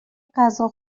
غذا